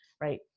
right